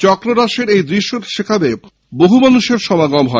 চক্র রাসের এই দশ্য শেখাবে বহু মানুষের সমাগম হয়